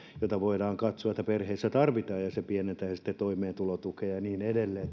josta voidaan katsoa että perheessä sitä tarvitaan ja se pienentäisi sitten toimeentulotukea ja niin edelleen